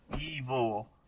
Evil